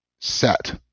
set